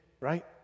right